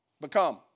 Become